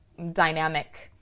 dynamic